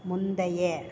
முந்தைய